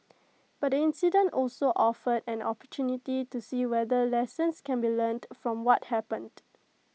but the incident also offered an opportunity to see whether lessons can be learned from what happened